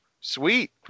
sweet